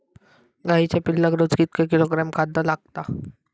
गाईच्या पिल्लाक रोज कितके किलोग्रॅम खाद्य लागता?